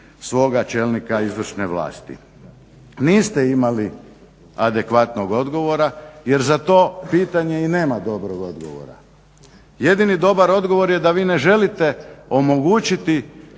svoga čelnika izvršne vlasti? niste imali adekvatnog odgovora jer za to pitanje i nema dobrog odgovora. Jedini dobar odgovor je da vi ne želite omogućiti